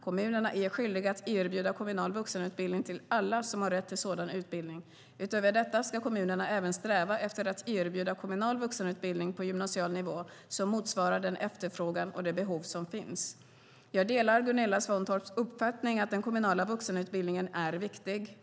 Kommunerna är skyldiga att erbjuda kommunal vuxenutbildning till alla som har rätt till sådan utbildning. Utöver detta ska kommunerna även sträva efter att erbjuda kommunal vuxenutbildning på gymnasial nivå som motsvarar den efterfrågan och de behov som finns. Jag delar Gunilla Svantorps uppfattning att den kommunala vuxenutbildningen är viktig.